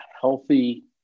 healthy